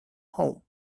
home